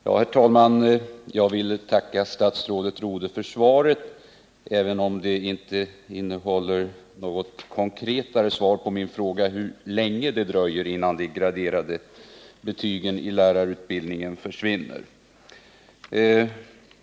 Herr talman! Jag vill tacka statsrådet Rodhe för svaret, även om det inte innehåller något konkretare besked med anledning av min fråga hur länge det dröjer innan de graderade betygen i lärarutbildningen försvinner.